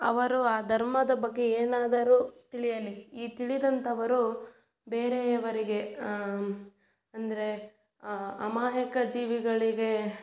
ಅವರು ಆ ಧರ್ಮದ ಬಗ್ಗೆ ಏನಾದರೂ ತಿಳಿಯಲಿ ಈ ತಿಳಿದಂಥವರು ಬೇರೆಯವರಿಗೆ ಅಂದರೆ ಅಮಾಯಕ ಜೀವಿಗಳಿಗೆ